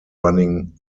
running